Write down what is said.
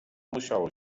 musiało